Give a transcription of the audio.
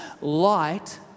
light